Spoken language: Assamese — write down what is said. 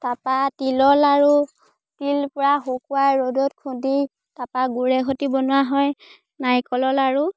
তাৰপৰা তিলৰ লাড়ু তিল পূৰা শুকুৱাই ৰ'দত খুদি তাৰপৰা গুৰে সৈতে বনোৱা হয় নাৰিকলৰ লাড়ু